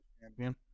champion